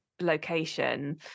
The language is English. location